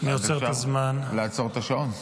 בבקשה לעצור את השעון.